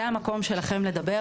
זה המקום שלכן לדבר,